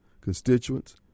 constituents